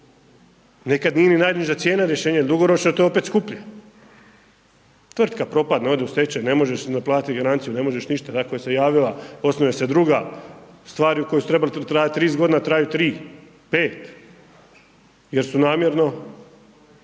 Nekad nije ni najniža cijena rješenje, jer dugoročno to je opet skuplje. Tvrtka propadne, ode u stečaj, ne možeš ni naplatit garanciju, ne možeš ništa …/nerazumljivo/… osnuje se druga, stvari koje su trebale 30 godina traju 3, 5 jer su namjerno